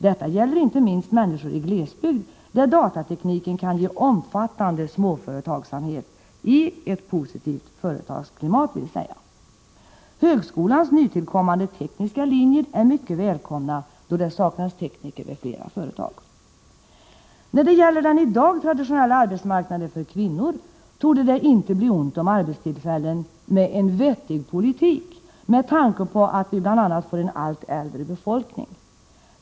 Detta gäller inte minst människor i glesbygd, där datatekniken kan ge omfattande småföretagsamhet — i ett positivt företagsklimat vill säga. Högskolans nytillkommande tekniska linjer är mycket välkomna, då det saknas tekniker vid flera företag. På den i dag traditionella arbetsmarknaden för kvinnor torde det med en vettig politik inte bli ont om arbetstillfällen, med tanke på bl.a. att vi får en allt äldre befolkning.